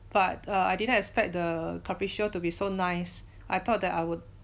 but err I didn't expect the carpaccio to be so nice I thought that I would